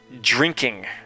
drinking